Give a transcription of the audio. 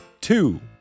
two